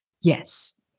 Yes